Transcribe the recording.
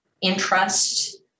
interest